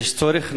ויש צורך,